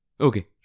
Okay